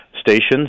stations